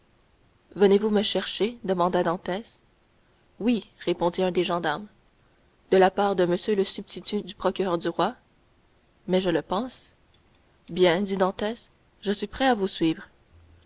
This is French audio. venez-vous me chercher demanda dantès oui répondit un des gendarmes de la part de m le substitut du procureur du roi mais je le pense bien dit dantès je suis prêt à vous suivre